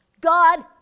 God